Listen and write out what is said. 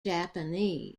japanese